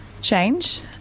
change